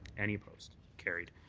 any opposed? carried.